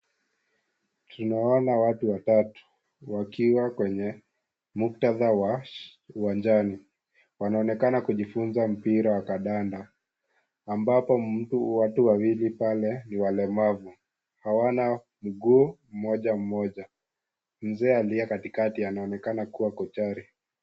Tunawaona watu watatu wakiwa kwenye muktadha wa uwanjani wanaonekana kujifunza mpira wa kandanda. Ambapo watu wawili ni walemavu hawana mguu mmoja mmoja, mzee aliye katikati anaonekana kuwa kochare.